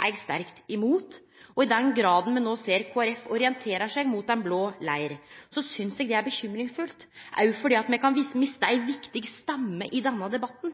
eg sterkt imot. I den grad me no ser Kristeleg Folkeparti orienterer seg mot den blå leiren, synest eg det er bekymringsfullt, òg fordi me kan miste ei viktig stemme i denne debatten.